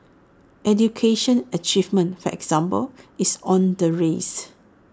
education achievement for example is on the rise